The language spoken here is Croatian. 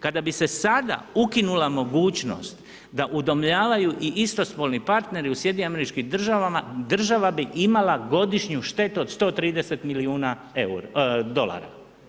Kada bi se sada ukinula mogućnost da udomljavaju i istospolni partneri u SAD-u, država bi imala godišnju štetu od 130 milijuna dolara.